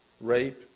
rape